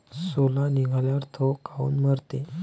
सोला निघाल्यावर थो काऊन मरते?